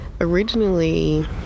originally